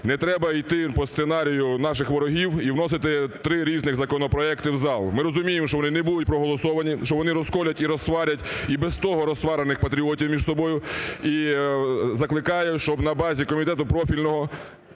не треба йти по сценарію наших ворогів і вносити три різних законопроекти в зал. Ми розуміємо, що вони не будуть проголосовані, що вони розколють і розсварять і без того розсварених патріотів між собою. І закликаю, щоб на базі комітету профільного